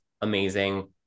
amazing